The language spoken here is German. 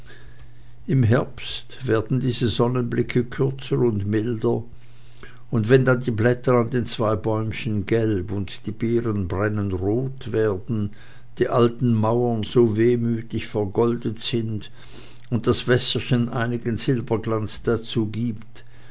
im herbste werden diese sonnenblicke kürzer und milder und wenn dann die blätter an den zwei bäumchen gelb und die beeren brennend rot werden die alten mauern so wehmütig vergoldet sind und das wässerchen einigen silberglanz dazugibt